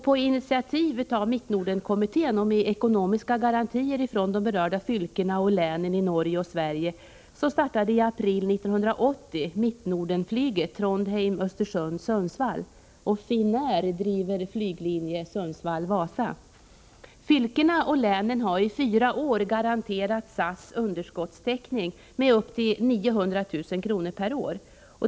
På initiativ av Mittnorden-kommittén och med ekonomiska garantier från de berörda fylkena och länen i Norge och i Sverige startade i april 1980 Mittnorden-flyget — Trondheim-Östersund-Sundsvall. Finnair driver flyglinje Sundsvall-Vasa. Fylkena och länen har i fyra år garanterat SAS underskottstäckning med upp till 900 000 kr. per år.